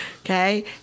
okay